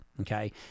okay